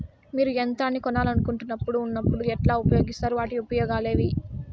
మీరు యంత్రాన్ని కొనాలన్నప్పుడు ఉన్నప్పుడు ఎట్లా ఉపయోగిస్తారు వాటి ఉపయోగాలు ఏవి?